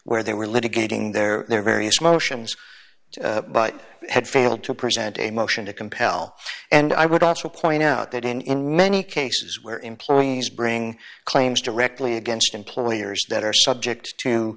where they were litigating their their various motions but had failed to present a motion to compel and i would also point out that in in many cases where employees bring claims directly against employers that are subject to